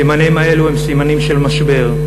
הסימנים האלה הם סימנים של משבר,